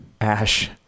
Ash